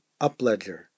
Upledger